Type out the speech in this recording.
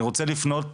אני רוצה לפנות